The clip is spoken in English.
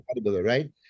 right